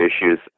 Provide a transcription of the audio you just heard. issues